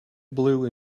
blue